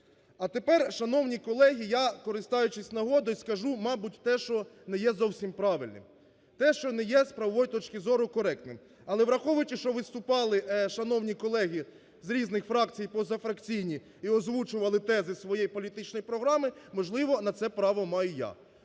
А тепер, шановні колеги, я, користуючись нагодою, скажу, мабуть, те, що не є зовсім правильним, те, що не є з правової точки зору коректним. Але враховуючи, що виступали шановні колеги з різних фракцій і позафракційні і озвучували тези зі своєї політичної програми, можливо, на це право маю і